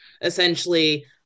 essentially